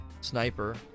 sniper